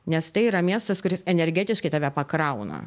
nes tai yra miestas kuris energetiškai tave pakrauna